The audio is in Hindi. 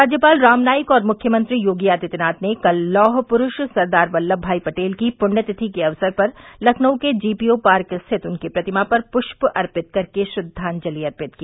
राज्यपाल राम नाईक और मुख्यमंत्री योगी आदित्यनाथ ने कल लौह पुरूष सरदार वल्लम भाई पटेल की पृण्य तिथि के अवसर पर लखनऊ के जीपीओ पार्क स्थित उनकी प्रतिमा पर पृष्प अर्पित कर श्रद्वाजलि अर्पित की